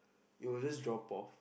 it will just drop off